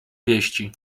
wieści